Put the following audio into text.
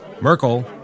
Merkel